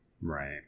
Right